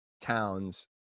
Towns